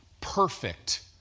Perfect